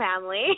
family